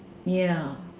ya